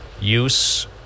use